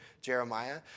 Jeremiah